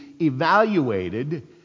evaluated